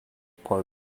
part